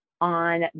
on